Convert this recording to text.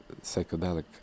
psychedelic